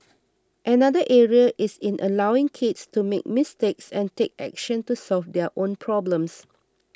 another area is in allowing kids to make mistakes and take action to solve their own problems